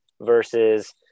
versus